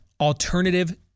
alternative